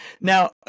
now